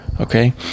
okay